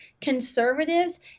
conservatives